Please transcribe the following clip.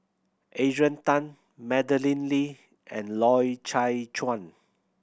Adrian Tan Madeleine Lee and Loy Chye Chuan